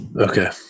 Okay